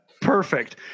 Perfect